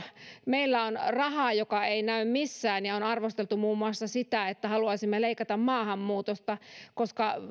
meillä on rahaa joka ei näy missään ja on arvosteltu muun muassa sitä että haluaisimme leikata maahanmuutosta koska